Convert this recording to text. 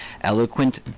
Eloquent